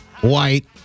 white